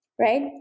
right